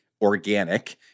organic